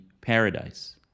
paradise